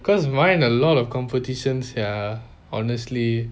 because mine a lot of competitions ya honestly